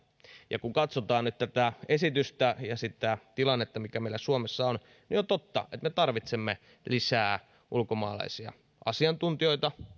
ja kun katsotaan nyt tätä esitystä ja sitä tilannetta mikä meillä suomessa on niin on totta että me tarvitsemme lisää ulkomaalaisia asiantuntijoita